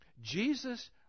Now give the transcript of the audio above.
Jesus